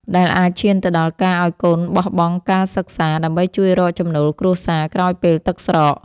ដែលអាចឈានទៅដល់ការឱ្យកូនបោះបង់ការសិក្សាដើម្បីជួយរកចំណូលគ្រួសារក្រោយពេលទឹកស្រក។